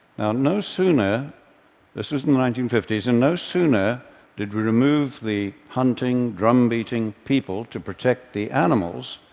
now no sooner this was in the nineteen fifty s and no sooner did we remove the hunting, drum-beating people to protect the animals,